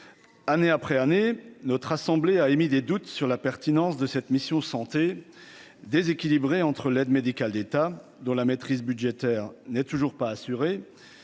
année après année, notre assemblée a émis des doutes sur la pertinence de cette mission santé déséquilibré entre l'aide médicale d'État, dont la maîtrise budgétaire n'est toujours pas assurée